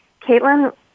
Caitlin